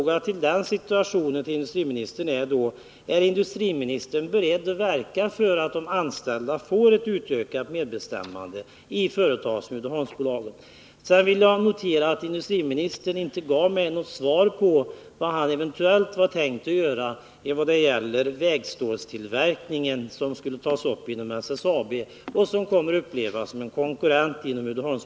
Jag vill i det sammanhanget ställa en följdfråga till industriministern: Är industriministern beredd att verka för att de anställda får ett utökat medbestämmande i företag som Uddeholmsbolaget? Jag vill också notera att industriministern inte gav mig något svar på frågan om vad han eventuellt tänker göra i vad det gäller SSAB:s planer på en vägstålstillverkning, vilket inom Uddeholmsbolaget kommer att upplevas som en konkurrens.